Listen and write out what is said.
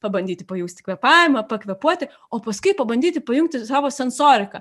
pabandyti pajusti kvėpavimą pakvėpuoti o paskui pabandyti pajungti savo sensoriką